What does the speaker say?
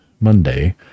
Monday